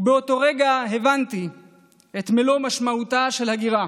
ובאותו רגע הבנתי את מלוא משמעותה של ההגירה.